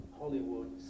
Hollywood